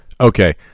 Okay